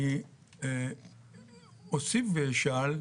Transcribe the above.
אני אוסיף ואשאל,